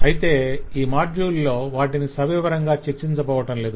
అయితే ఈ మాడ్యూల్ లో వాటిని సవివరంగా చర్చించబోవటంలేదు